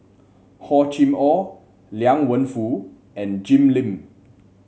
Hor Chim Or Liang Wenfu and Jim Lim